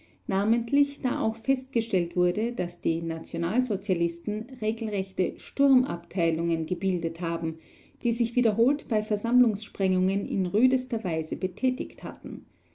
namentlich da auch festgestellt wurde daß die nationalsozialisten regelrechte sturmabteilungen gebildet haben die sich wiederholt bei versammlungssprengungen in rüdester weise betätigt hatten